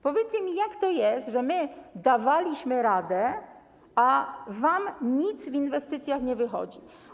Powiedzcie mi, jak to jest, że my dawaliśmy radę, a wam nic w inwestycjach nie wychodzi.